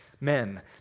men